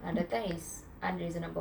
ah that thing is unreasonable